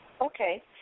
Okay